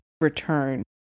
return